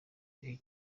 gihe